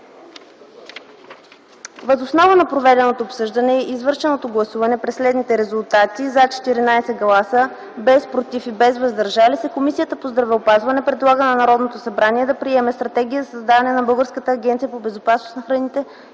Въз основа на проведеното обсъждане и извършеното гласуване при следните резултати „за” – 14 гласа, „против” и „въздържали се” – няма, Комисията по здравеопазването предлага на Народното събрание да приеме Стратегия за създаване на Българска агенция по безопасност на храните